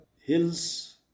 hills